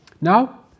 Now